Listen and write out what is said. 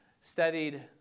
studied